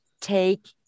take